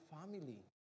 family